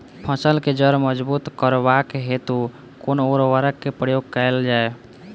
फसल केँ जड़ मजबूत करबाक हेतु कुन उर्वरक केँ प्रयोग कैल जाय?